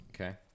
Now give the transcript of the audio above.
Okay